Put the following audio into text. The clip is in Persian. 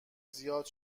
زیاد